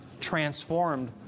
transformed